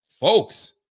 folks